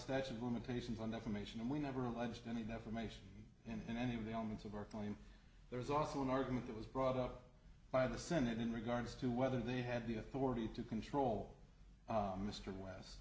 statute of limitations on the commission and we never alleged any defamation and in any of the onus of our claim there's also an argument that was brought up by the senate in regards to whether they had the authority to control mr we